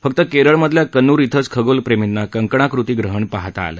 फक्त केरळमधल्या कन्नूर इथंच खगोलप्रेमींना कंकणाकृती ग्रहण बघता आलं